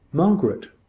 margaret,